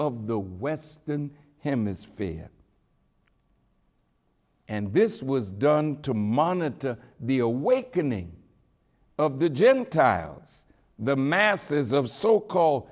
of the western hemisphere and this was done to monitor the awakening of the gentiles the masses of so called